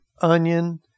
onion